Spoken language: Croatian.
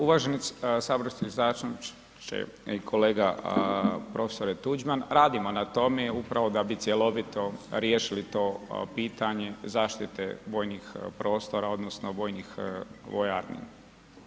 Uvaženi saborski zastupniče i kolega prof. Tuđman, radimo na tome, upravo da bi cjelovito riješili to pitanje zaštite vojnih prostora odnosno vojnih, vojarni.